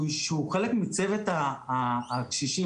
שהוא חלק מצוות הקשישים,